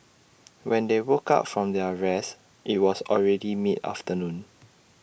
when they woke up from their rest IT was already mid afternoon